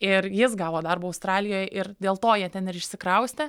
ir jis gavo darbą australijoj ir dėl to jie ten ir išsikraustė